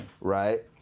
Right